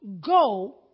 Go